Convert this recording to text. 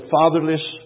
fatherless